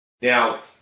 Now